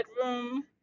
bedroom